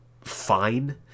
fine